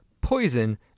poison